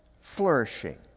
flourishing